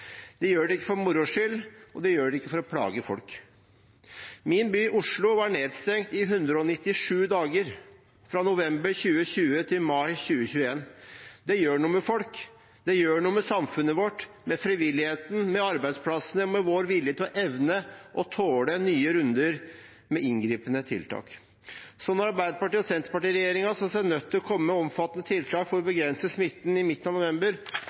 gjør det ikke for moro skyld, de gjør det ikke for å plage folk. Min by Oslo var nedstengt i 197 dager – fra november 2020 til mai 2021. Det gjør noe med folk, det gjør noe med samfunnet vårt, med frivilligheten, med arbeidsplassene og med vår vilje og evne til å tåle nye runder med inngripende tiltak. Så da Arbeiderparti–Senterparti-regjeringen så seg nødt til å komme med omfattende tiltak for å begrense smitten i midten av